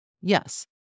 Yes